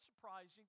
surprising